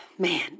Man